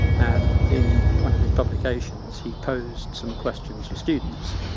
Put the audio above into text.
and in one of his publications he posed some questions for students,